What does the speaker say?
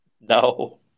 No